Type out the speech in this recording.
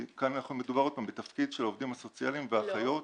כאן מדובר עוד פעם בתפקיד של העובדים הסוציאליים והאחריות --- לא.